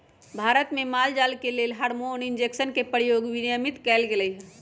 भारत में माल जाल के लेल हार्मोन इंजेक्शन के प्रयोग विनियमित कएल गेलई ह